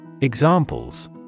Examples